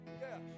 Yes